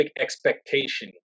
expectation